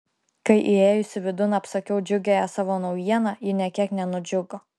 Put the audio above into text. kai įėjusi vidun apsakiau džiugiąją savo naujieną ji nė kiek nenudžiugo